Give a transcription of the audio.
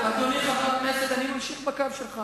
אדוני חבר הכנסת, אני ממשיך בקו שלך.